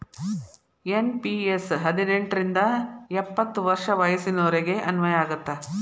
NPS ಹದಿನೆಂಟ್ ರಿಂದ ಎಪ್ಪತ್ ವರ್ಷ ವಯಸ್ಸಿನೋರಿಗೆ ಅನ್ವಯ ಆಗತ್ತ